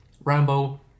Rambo